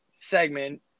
segment